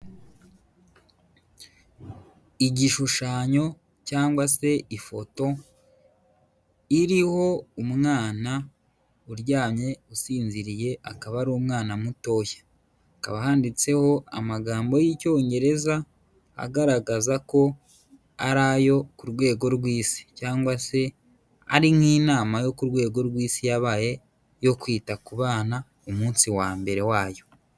Igishushanyo cyangwa se ifoto iriho umwana uryamye usinziriye, akaba ari umwana mutoya. Hakaba handitseho amagambo y'Icyongereza agaragaza ko ari ayo ku rwego rw'Isi cyangwa se ari nk'inama yo ku rwego rw'Isi yabaye yo kwita ku bana, umunsi wa mbere wayo.